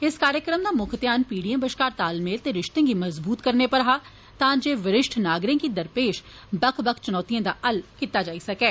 इस कार्यक्रम दा मुक्ख ध्यान पीढ़िएं बश्कार तालमेल ते रिश्ते गी मज़बूत करने उप्पर हा तां जे विरिष्ठ नागरिकें गी दरपेश बक्ख बक्ख चुनौतिएं दा हल कीता जाई सकै